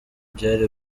byari